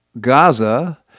Gaza